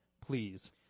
please